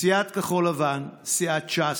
סיעת כחול לבן, סיעת ש"ס,